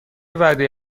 وعده